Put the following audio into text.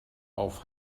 auf